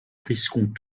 risquons